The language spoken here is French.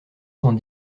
cent